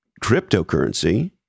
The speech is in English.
cryptocurrency